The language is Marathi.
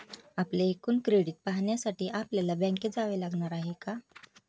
आपले एकूण क्रेडिट पाहण्यासाठी आपल्याला बँकेत जावे लागणार आहे का?